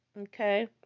Okay